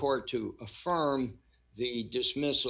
court to affirm the dismiss